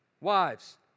Wives